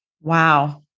Wow